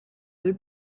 other